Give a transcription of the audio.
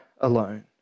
alone